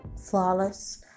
flawless